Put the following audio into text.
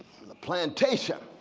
from the plantation.